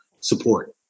support